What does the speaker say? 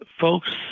folks